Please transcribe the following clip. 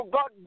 God